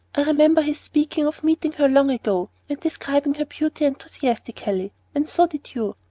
i remembered his speaking of meeting her long ago, and describing her beauty enthusiastically and so did you.